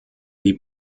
die